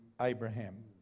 Abraham